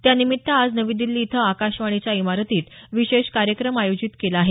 त्यानिमित्त आज नवी दिल्ली इथं आकाशवाणीच्या इमारतीत विशेष कार्यक्रम आयोजित केला आहे